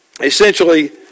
essentially